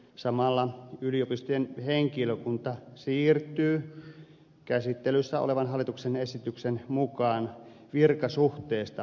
samalla yliopistojen henkilökunta siirtyy käsittelyssä olevan hallituksen esityksen mukaan virkasuhteesta työsuhteeseen